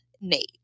Nate